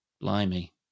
Blimey